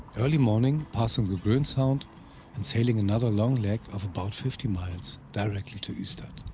early morning passing the gronsound and sailing another long leg of about fifty miles, directly to ystad.